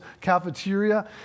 cafeteria